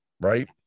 Right